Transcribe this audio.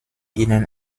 ihnen